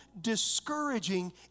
discouraging